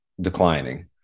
declining